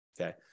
okay